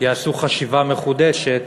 יעשו חשיבה מחודשת